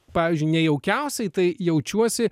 pavyzdžiui nejaukiausiai tai jaučiuosi